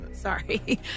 Sorry